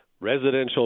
Residential